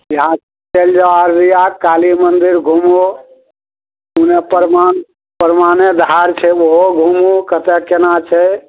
यहाँ चलि जाउ अररिया काली मन्दिर घुमू पूने प्रमान प्रमाने धार छै ओहो घुमू कतऽ केना छै